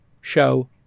show